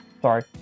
Sorry